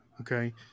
Okay